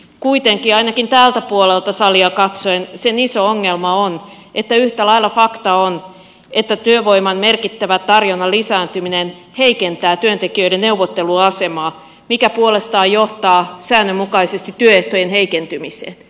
kuitenkin ainakin tältä puolelta salia katsoen sen iso ongelma on että yhtä lailla fakta on että työvoiman merkittävä tarjonnan lisääntyminen heikentää työntekijöiden neuvotteluasemaa mikä puolestaan johtaa säännönmukaisesti työehtojen heikentymiseen